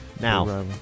Now